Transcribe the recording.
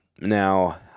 Now